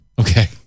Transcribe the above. Okay